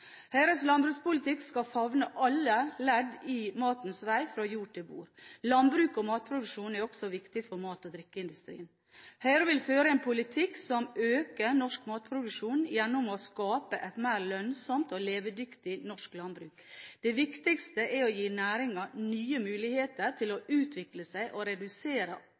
Høyres landbrukspolitikk skal favne alle ledd i matens vei fra jord til bord. Landbruket og matproduksjon er også viktig for mat- og drikkeindustrien. Høyre vil føre en politikk som øker norsk matproduksjon gjennom å skape et mer lønnsomt og levedyktig norsk landbruk. Det viktigste er å gi næringen nye muligheter til å utvikle seg og redusere